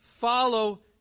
follow